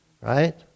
right